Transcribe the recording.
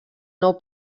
nou